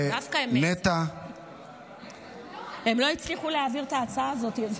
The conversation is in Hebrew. הם לא הצליחו להעביר את ההצעה הזאת.